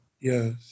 Yes